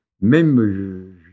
même